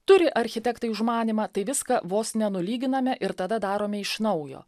turi architekto užmanymą tai viską vos nenulyginame ir tada darome iš naujo